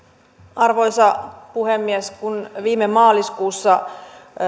arvoisa puhemies kun viime maaliskuussa